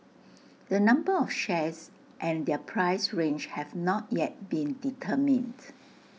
the number of shares and their price range have not yet been determined